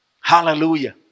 Hallelujah